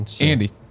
Andy